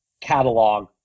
catalog